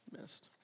Missed